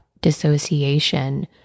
dissociation